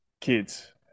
kids